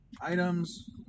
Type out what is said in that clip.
Items